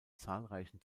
zahlreichen